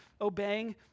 obeying